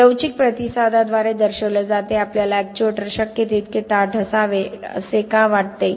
ते लवचिक प्रतिसादाद्वारे दर्शविले जाते आपल्याला एक्च्युएटर शक्य तितके ताठ असावे असे का वाटते